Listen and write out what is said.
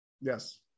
Yes